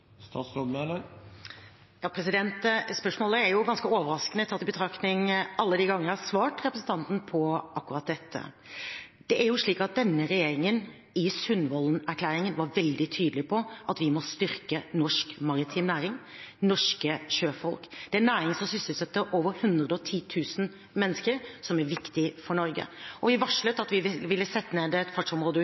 Spørsmålet er ganske overraskende, tatt i betraktning alle de gangene jeg har svart representanten på akkurat dette. I Sundvolden-erklæringen var denne regjeringen veldig tydelig på at vi må styrke norsk maritim næring, norske sjøfolk. Det er en næring som sysselsetter over 110 000 mennesker, og som er viktig for Norge. Vi varslet at vi ville sette ned et